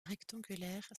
rectangulaire